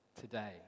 today